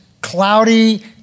cloudy